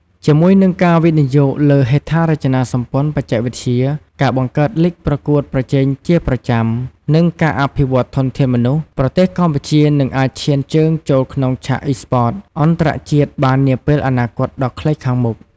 ជាមួយនឹងការវិនិយោគលើហេដ្ឋារចនាសម្ព័ន្ធបច្ចេកវិទ្យា ការបង្កើតលីគប្រកួតប្រជែងជាប្រចាំ និងការអភិវឌ្ឍធនធានមនុស្ស ប្រទេសកម្ពុជានឹងអាចឈានជើងចូលក្នុងឆាក Esports អន្តរជាតិបាននាពេលអនាគតដ៏ខ្លីខាងមុខ។